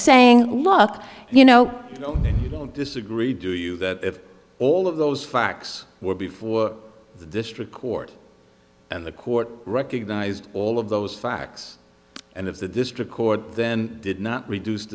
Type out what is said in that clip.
saying look you know this agreed that all of those facts were before district court and the court recognized all of those facts and if the district court then did not reduce